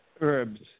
herbs